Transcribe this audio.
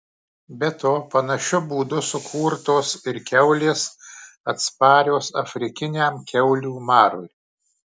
be to panašiu būdu sukurtos ir kiaulės atsparios afrikiniam kiaulių marui